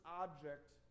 object